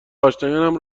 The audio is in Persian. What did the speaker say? آشنایانم